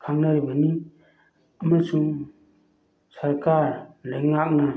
ꯈꯥꯡꯅꯔꯕꯅꯤ ꯑꯃꯁꯨꯡ ꯁꯔꯀꯥꯔ ꯂꯩꯉꯥꯛꯅ